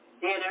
dinner